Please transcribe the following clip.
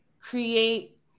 create